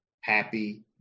happy